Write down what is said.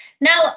Now